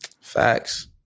Facts